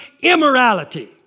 immorality